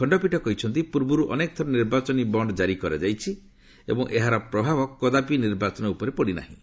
ଖଣ୍ଡପୀଠ କହିଛନ୍ତି ପୂର୍ବରୁ ଅନେକଥର ନିର୍ବାଚନୀ ବଣ୍ଡ କାରି କରାଯାଇଛି ଏବଂ ଏହାର ପ୍ରଭାବ କଦାପି ନିର୍ବାଚନ ଉପରେ ପଡ଼ିନାହିଁ